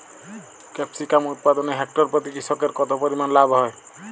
Capsicum উৎপাদনে hectare প্রতি কৃষকের কত পরিমান লাভ হয়?